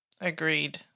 Agreed